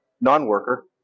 non-worker